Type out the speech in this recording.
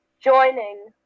joining